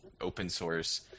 open-source